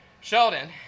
Sheldon